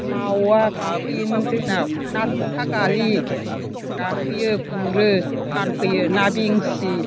मावा गाखोयोमोन जोंनाव ना थ'था गालि गाखोयो गुरो फानफैयो ना बेंसि